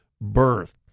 birth